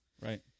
right